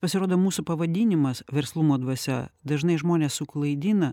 pasirodo mūsų pavadinimas verslumo dvasia dažnai žmones suklaidina